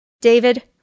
David